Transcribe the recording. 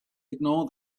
ignore